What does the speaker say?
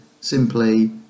simply